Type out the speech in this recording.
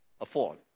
afford